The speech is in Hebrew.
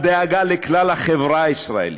הדאגה לכלל החברה הישראלית.